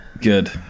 Good